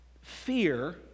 Fear